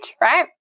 right